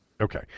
Okay